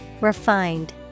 Refined